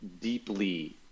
deeply